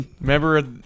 Remember